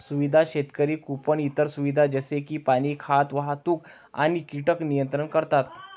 सुविधा शेतकरी कुंपण इतर सुविधा जसे की पाणी, खाद्य, वाहतूक आणि कीटक नियंत्रण करतात